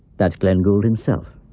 that's glenn gould himself,